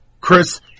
Chris